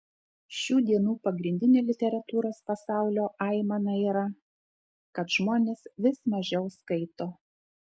šių dienų pagrindinė literatūros pasaulio aimana ir yra kad žmonės vis mažiau skaito